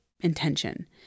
intention